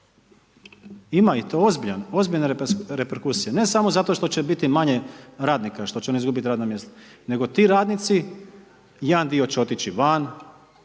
Ima i to ozbiljan. Ozbiljne reperkusije, ne samo zato što će biti manje radnika, što će oni izgubiti radna mjesta nego ti radnici, jedan dio će otići van